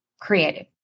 created